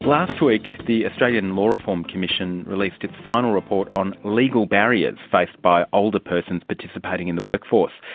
last week the australian law reform commission released its final report on legal barriers faced by older persons participating in the workforce.